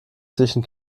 zwischen